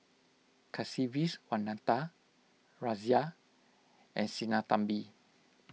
Kasiviswanathan Razia and Sinnathamby